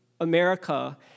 America